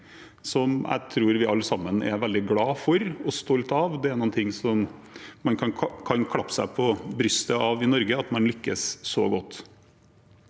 som jeg tror vi alle sammen er veldig glad for og stolt av. Det er noe man kan slå seg på brystet av i Norge, at man lykkes så godt.